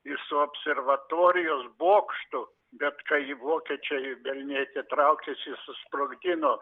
ir su observatorijos bokštu bet kai vokiečiai velniai tie traukėsi susprogdino